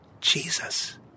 Jesus